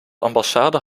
ambassade